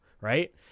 right